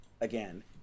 again